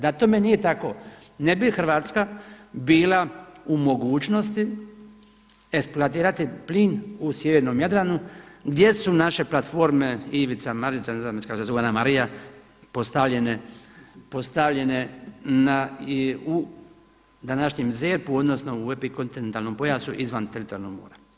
Da tome nije tako ne bi Hrvatska bila u mogućnosti eksploatirati plin u sjevernom Jadranu gdje su naše platforme Ivica, Marica, ne znam kako se zove Ana Marija postavljene na današnjem ZERP-u odnosno u epikontinentalnom pojasu izvan teritorijalnog mora.